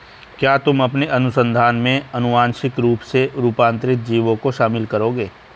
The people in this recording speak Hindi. क्या तुम अपने अनुसंधान में आनुवांशिक रूप से रूपांतरित जीवों को शामिल करोगे?